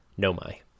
Nomai